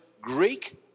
Greek